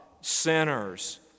sinners